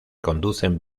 conducen